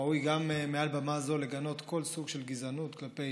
ראוי גם מעל במה זו לגנות כל סוג של גזענות כלפי,